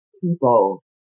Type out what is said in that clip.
people